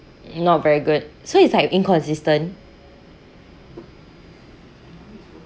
not very good so it's like inconsistent